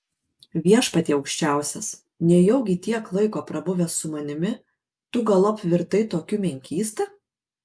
viešpatie aukščiausias nejaugi tiek laiko prabuvęs su manimi tu galop virtai tokiu menkysta